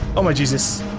oh my jesus.